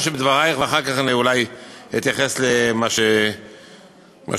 שבדברייך ואחר כך אולי אתייחס למה שדיברת,